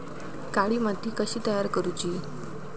काळी माती कशी तयार करूची?